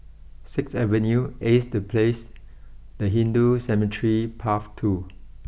sixth Avenue Ace the place and Hindu Cemetery Path two